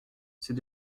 c’est